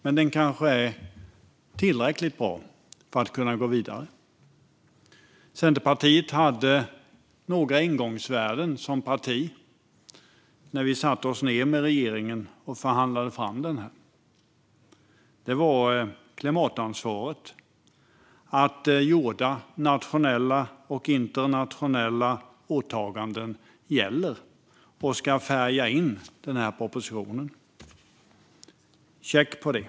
Men den kanske är tillräckligt bra för att kunna gå vidare. Vi i Centerpartiet hade några ingångsvärden som parti när vi satte oss ned med regeringen och förhandlade fram denna proposition. Det handlade om klimatansvaret och om att gjorda nationella och internationella åtaganden gäller och ska färga in den här propositionen. Check på det!